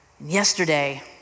Yesterday